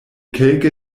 kelke